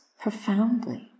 profoundly